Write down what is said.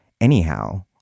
Anyhow